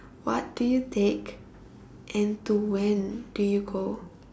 what do you take and to when do you go